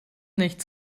nicht